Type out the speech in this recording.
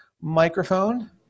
microphone